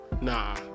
Nah